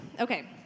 okay